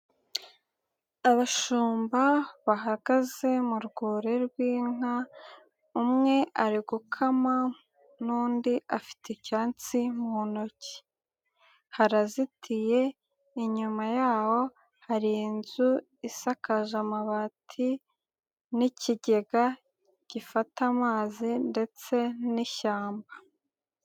Abashumba bahagaze mu rwuri rw'inka umwe ari gukama n'undi afite icyasi mu ntoki. Harazitiye, inyuma yaho hari inzu isakaje amabati n'ikigega gifata amazi ndetse n'ishyamba.